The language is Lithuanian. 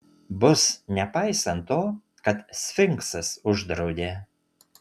bus nepaisant to kad sfinksas uždraudė